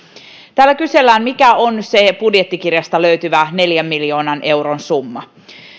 täällä kysellään mikä on se budjettikirjasta löytyvä neljän miljoonan euron summa